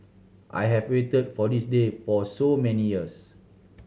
I have waited for this day for so many years